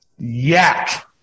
yak